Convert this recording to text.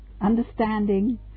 understanding